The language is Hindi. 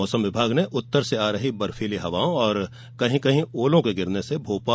मौसम विभाग ने उत्तर से आ रही बर्फीली हवाओं और कहीं कहीं ओलों के गिरने से ठण्ड बढ़ी है